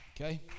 okay